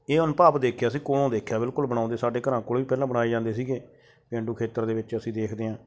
ਇਹ ਅਨੁਭਵ ਦੇਖਿਆ ਸੀ ਕੋਲੋਂ ਦੇਖਿਆ ਬਿਲਕੁਲ ਬਣਾਉਂਦੇ ਸਾਡੇ ਘਰਾਂ ਕੋਲ ਪਹਿਲਾਂ ਬਣਾਏ ਜਾਂਦੇ ਸੀਗੇ ਪੇਂਡੂ ਖੇਤਰ ਦੇ ਵਿੱਚ ਅਸੀਂ ਦੇਖਦੇ ਹਾਂ